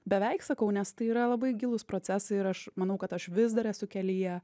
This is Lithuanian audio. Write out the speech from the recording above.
beveik sakau nes tai yra labai gilūs procesai ir aš manau kad aš vis dar esu kelyje